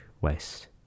waste